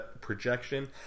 projection